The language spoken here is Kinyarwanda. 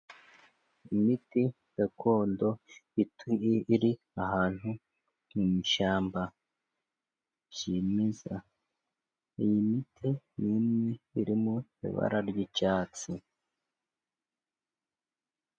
Imiti gakondotugi iri ahantu mu ishyamba kimeza. Iyi miti minini irimo ibara ry'icyatsi.